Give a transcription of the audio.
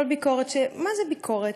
מה זה ביקורת?